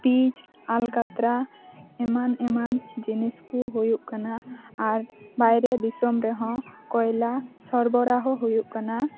ᱯᱤᱪ ᱟᱞᱠᱟᱛᱨᱟ ᱮᱢᱟᱱ ᱮᱢᱟᱱ ᱡᱤᱱᱤᱥ ᱠᱚ ᱦᱩᱭᱩᱜ ᱠᱟᱱᱟ ᱟᱨ ᱵᱟᱭᱨᱮ ᱫᱤᱥᱚᱢ ᱨᱮᱦᱚᱸ ᱠᱚᱭᱟᱞᱟ ᱥᱚᱨᱵᱚᱨᱟᱦᱚ ᱦᱩᱭᱩᱜ ᱠᱟᱱᱟ